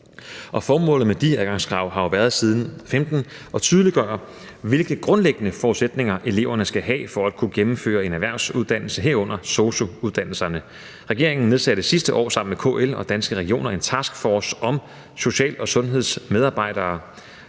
formålet med de adgangskrav har jo siden 2015 været at tydeliggøre, hvilke grundlæggende forudsætninger eleverne skal have for at kunne gennemføre en erhvervsuddannelse, herunder sosu-uddannelserne. Regeringen nedsatte sidste år sammen med KL og Danske Regioner en taskforce om social- og sundhedsmedarbejdere.